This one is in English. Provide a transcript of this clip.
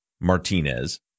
Martinez